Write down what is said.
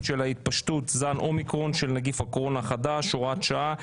של התפשטות זן אומיקרון של נגיף הקורונה החדש (הוראת שעה),